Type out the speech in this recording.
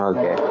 Okay